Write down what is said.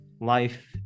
life